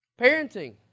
Parenting